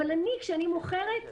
אבל אני כשאני מוכרת,